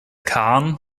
kahn